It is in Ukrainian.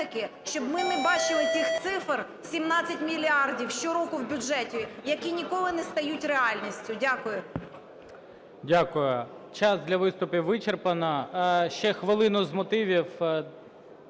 щоб ми не бачили тих цифр, 17 мільярдів щороку в бюджеті, які ніколи не стають реальністю. Дякую.